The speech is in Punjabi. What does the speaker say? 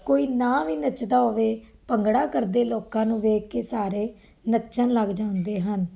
ਕੋਈ ਨਾ ਵੀ ਨੱਚਦਾ ਹੋਵੇ ਭੰਗੜਾ ਕਰਦੇ ਲੋਕਾਂ ਨੂੰ ਵੇਖ ਕੇ ਸਾਰੇ ਨੱਚਣ ਲੱਗ ਜਾਂਦੇ ਹਨ